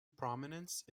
prominence